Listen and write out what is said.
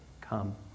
come